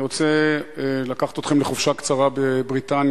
אני רוצה לקחת אתכם לחופשה קצרה בבריטניה.